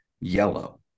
yellow